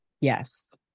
Yes